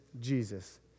Jesus